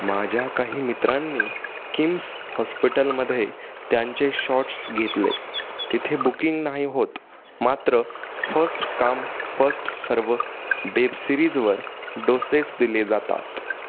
माझ्या काही मित्रांनी किम्स हॉस्पिटलमध्ये त्यांचे शॉर्ट्स घेतले तिथे बुकिंग नाही होत मात्र फस्ट कम फस्ट सर्व बेबसिरीजवर डोसेस दिले जातात